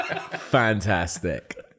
Fantastic